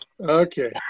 Okay